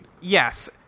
Yes